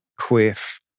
quiff